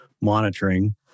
monitoring